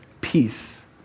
peace